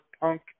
punk